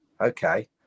okay